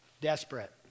desperate